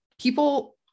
people